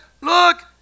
look